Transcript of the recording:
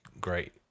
great